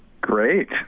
great